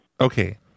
Okay